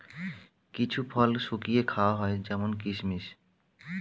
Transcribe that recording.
কিছু ফল শুকিয়ে খাওয়া হয় যেমন কিসমিস